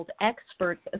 experts